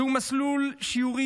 זהו מסלול שיורי,